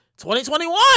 2021